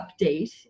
update